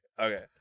Okay